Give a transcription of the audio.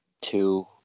two